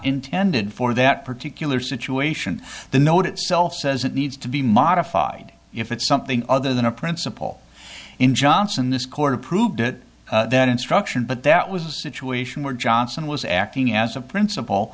intended for that particular situation the note itself says it needs to be modified if it's something other than a principal in johnson this court approved it that instruction but that was a situation where johnson was acting as a principal